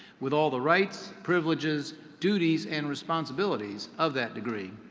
with all the rights, privileges, duties, and responsibilities of that degree.